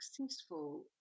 successful